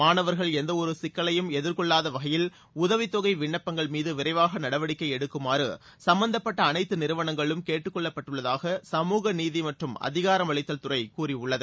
மாணவர்கள் எந்தவொரு சிக்கலையும் எதிர்கொள்ளாத வகையில் உதவித்தொகை விண்ணப்பங்கள் விரைவாக நடவடிக்கை எடுக்குமாறு சும்பந்தப்பட்ட அனைத்து நிறுவனங்களும் கேட்டுக் மீது கொள்ளப்பட்டுள்ளதாக சமூக நீதி மற்றும் அதிகாரம் அளித்தல் துறை கூறியுள்ளது